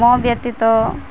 ମୋ ବ୍ୟତୀତ